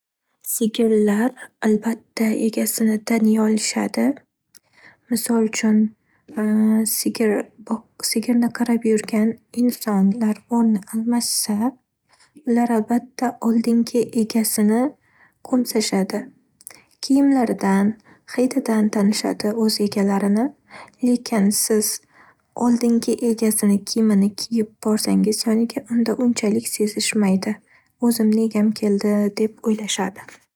Sigirlar, albatta, egasini taniy olishadi. Misol uchun sigir boq-sigirni qarab yurgan insonlar o'rni almashsa, ular albatta oldingi egasini qo'msashadi. Kiyimlaridan, hididan tanishadi o'z egalarini. Lekin siz oldingi egasini kiyimini kiyib borsangiz yoniga, unda unchalik sezishmaydi. O'zimni egam keldi deb o'ylashadi.